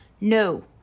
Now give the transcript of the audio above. No